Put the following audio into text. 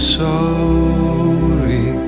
sorry